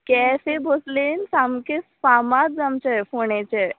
cafe भोसलेन सामकें फामाद आमचें फोणेचें